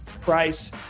Price